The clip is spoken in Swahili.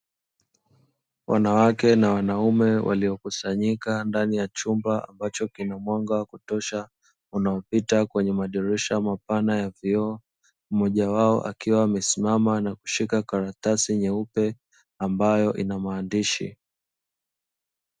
Wanawake na wanaume waliokusanyika ndani ya chumba ambacho kina mwanga, wakutosha unaopita kwenye madirisha mapana ya vioo, mmoja wao akiwa amesimama nakushika karatasi nyeupe, ambayo ina maandishi.